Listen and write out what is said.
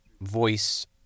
voice